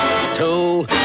two